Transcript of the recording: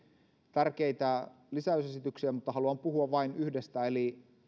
tärkeitä lisäysesityksiä mutta haluan puhua vain yhdestä eli